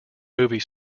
movie